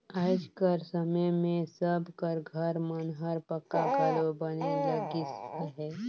आएज कर समे मे सब कर घर मन हर पक्का घलो बने लगिस अहे